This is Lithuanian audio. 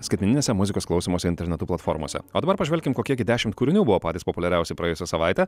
skaitmeninėse muzikos klausymosi internetu platformose o dabar pažvelkim kokie dešimt kūrinių buvo patys populiariausi praėjusią savaitę